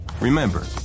Remember